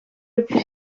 utzi